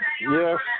Yes